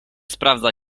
sprawdza